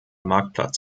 marktplatz